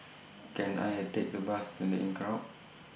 Can I A Take The Bus in The Inncrowd